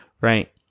right